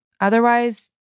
Otherwise